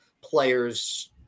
players